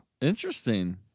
Interesting